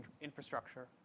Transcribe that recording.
infrastructure